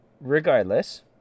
regardless